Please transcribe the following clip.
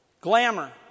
glamour